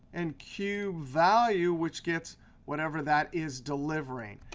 and cubevalue, which gets whenever that is delivering.